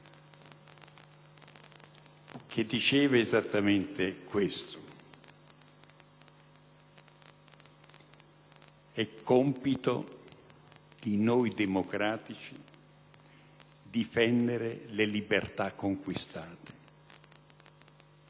che diceva esattamente questo: è compito di noi democratici difendere le libertà conquistate.